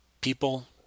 people